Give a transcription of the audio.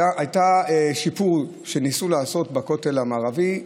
היה שיפור שניסו לעשות בכותל המערבי: